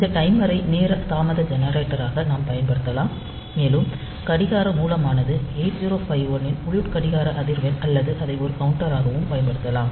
இந்த டைமரை நேர தாமத ஜெனரேட்டராக நாம் பயன்படுத்தலாம் மேலும் கடிகார மூலமானது 8051 இன் உள் கடிகார அதிர்வெண் அல்லது அதை ஒரு கவுண்டராகவும் பயன்படுத்தலாம்